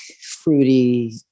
fruity